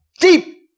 deep